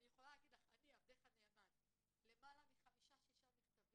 אבל אני יכולה לומר לך שאני למעלה מחמישה-שישה מתבים